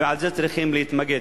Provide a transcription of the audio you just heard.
ובזה צריכים להתמקד.